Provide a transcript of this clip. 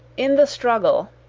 in the struggle,